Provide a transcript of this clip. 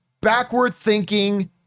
backward-thinking